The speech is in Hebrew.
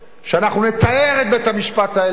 שאנחנו נטהר את בית-המשפט העליון,